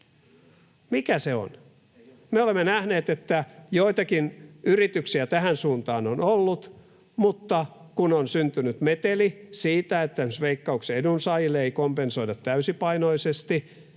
Mikä se on? Me olemme nähneet, että joitakin yrityksiä tähän suuntaan on ollut, mutta kun on syntynyt meteli siitä, että esimerkiksi Veikkauksen edunsaajille ei kompensoida täysipainoisesti,